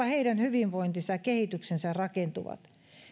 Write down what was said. heidän hyvinvointinsa ja kehityksensä rakentuvat